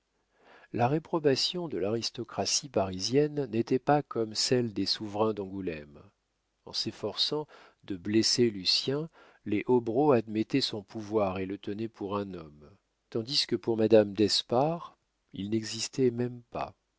la réprobation de l'aristocratie parisienne n'était pas comme celle des souverains d'angoulême en s'efforçant de blesser lucien les hobereaux admettaient son pouvoir et le tenaient pour un homme tandis que pour madame d'espard il n'existait même pas